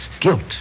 guilt